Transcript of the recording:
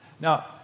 Now